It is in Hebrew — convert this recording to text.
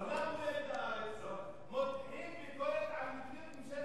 העובדה היחידה, שאתה פאשיסט וכהניסט.